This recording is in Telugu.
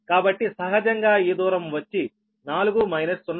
కాబట్టి సహజంగా ఈ దూరం వచ్చి 4 మైనస్ 0